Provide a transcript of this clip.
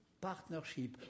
partnership